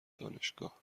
دانشگاه